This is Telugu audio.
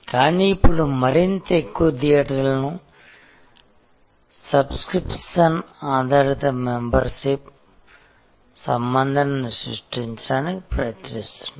కానీ ఇప్పుడు మరింత ఎక్కువ థియేటర్లు సబ్స్క్రిప్షన్ ఆధారిత మెంబర్షిప్ సంబంధాన్ని సృష్టించడానికి ప్రయత్నిస్తున్నాయి